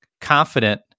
confident